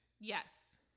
Yes